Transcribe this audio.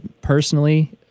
personally